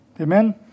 Amen